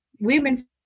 women